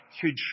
huge